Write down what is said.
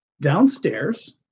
Downstairs